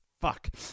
fuck